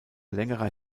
längerer